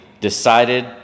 decided